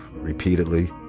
repeatedly